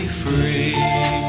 free